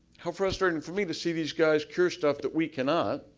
how frustrating for me to see these guys cure stuff that we cannot.